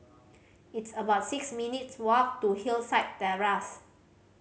it's about six minutes' walk to Hillside Terrace